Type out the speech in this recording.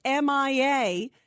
MIA